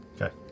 Okay